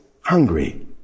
hungry